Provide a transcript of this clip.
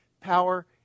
power